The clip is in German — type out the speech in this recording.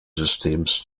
systems